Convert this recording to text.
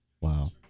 Wow